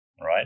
right